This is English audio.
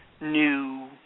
new